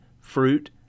fruit